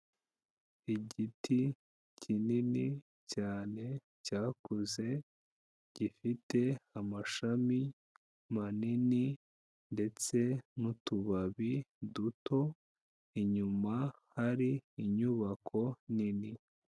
Igiti kinini cyane cyakuze gifite amashami manini ndetse n'utubabi duto, inyuma hari inyubako nini.